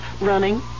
running